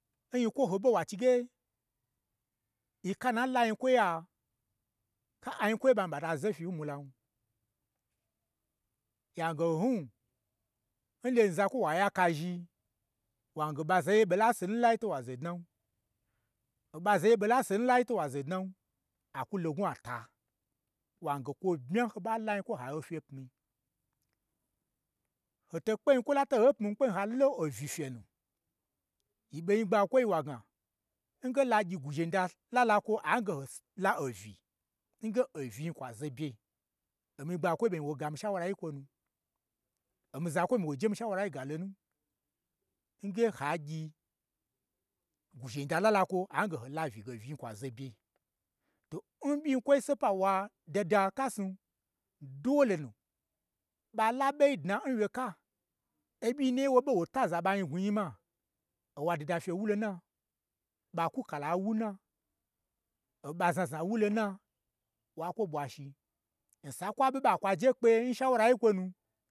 Nnyikwo ho ɓo, wachige, nyika na la nyi kwoya, ka anyi kwoyen ɓanyi ɓata zofyi n mulan, yange nhnun, nghye zakwoi wa ya kazhi, wange oɓa za ye lai, woɓo la sonu to wa zednan, oɓa zaye ɓola sonu lai to wa zednan akwu lo ngnwu ata, wange kwo bmya n ho ɓa la nyi kwo, ha ofye pmi, ho to kpe nyikwo la toho pmii kpe in halo opyi fyenu, yi ɓo n nyi gbakwoi wa gna, ngela gyi gwuzhen da lalakwo, ange ho soho la ouyi, nge ouyi0i n kwa zo bye, omii nyigba kwo nu ɓei wo gamii shaura yin kwonu, omii zakwoi ɓon wo je mii shaurai ga lonu, nge ha gyi gwuzhenda lalakwo ange h lauyi, nge auyii n kwa zo bye. Ton ɓyin kwoi sopa, owada kasnu dolenu, ɓala ɓei dna n wye ka, oɓbi onu ye n woɓe wo taza n ɓa nyi gnwu yii ma, owa dida fye wo lona, ɓa kwu kala nwuna oɓa znazna wulona, wa kwo ɓwa shi, n sa n ɓa ɓe ɓa kwaje kpeye n shaura yin kwonu